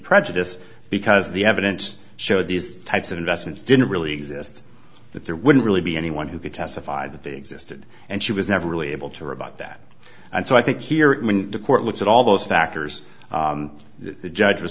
prejudice because the evidence showed these types of investments didn't really exist that there wouldn't really be anyone who could testify that they existed and she was never really able to rebut that and so i think here when the court looks at all those factors the judge was